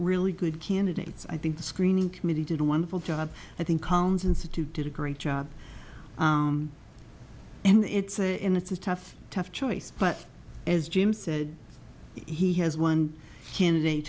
really good candidates i think the screening committee did a wonderful job i think collins institute did a great job and it's a it's a tough tough choice but as jim said he has one candidate